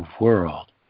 world